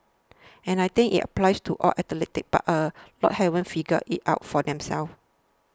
and I think it applies to all athletes but a lot haven't figured it out for themselves